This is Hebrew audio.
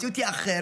המציאות היא אחרת.